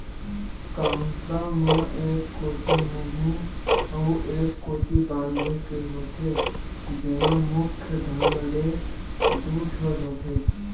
कांसरा म एक कोती मुहूँ अउ ए कोती बांधे के होथे, जेमा मुख्य ढंग ले दू छोर होथे